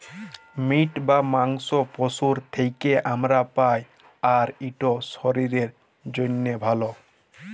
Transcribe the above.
meet বা মাংস পশুর থ্যাকে আমরা পাই, আর ইট শরীরের জ্যনহে ভাল